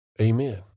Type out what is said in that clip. Amen